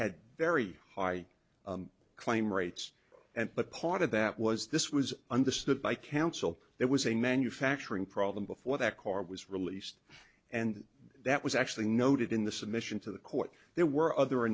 had very high claim rates and but part of that was this was understood by counsel there was a manufacturing problem before that car was released and that was actually noted in the submission to the court there were other